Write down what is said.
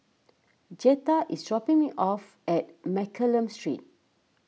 Jetta is dropping me off at Mccallum Street